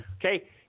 Okay